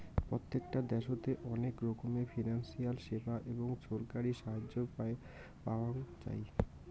প্রত্যেকটা দ্যাশোতে অনেক রকমের ফিনান্সিয়াল সেবা এবং ছরকারি সাহায্য পাওয়াঙ যাই